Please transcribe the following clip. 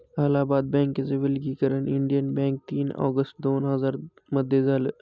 अलाहाबाद बँकेच विलनीकरण Indian bank तीन ऑगस्ट दोन हजार मध्ये झालं